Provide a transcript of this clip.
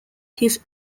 his